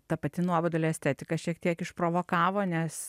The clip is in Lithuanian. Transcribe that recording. ta pati nuobodulio estetika šiek tiek išprovokavo nes